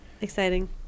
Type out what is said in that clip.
exciting